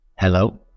Hello